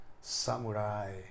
samurai